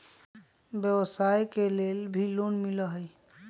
व्यवसाय के लेल भी लोन मिलहई?